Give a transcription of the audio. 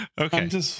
Okay